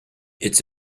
it’s